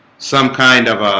some kind of